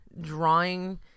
drawing